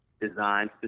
designed